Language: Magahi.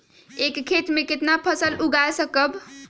एक खेत मे केतना फसल उगाय सकबै?